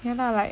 ya lah like